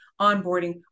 onboarding